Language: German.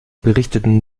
berichteten